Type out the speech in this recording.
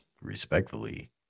Respectfully